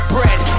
Bread